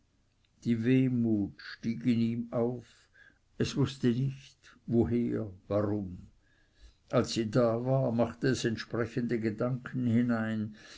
die wehmut stieg ihm auf es wußte nicht woher warum als sie da war machte es entsprechende gedanken hinein